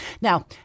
Now